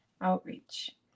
Outreach